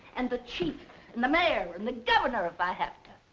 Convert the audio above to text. and the chief and the mayor, and the governor if i have to.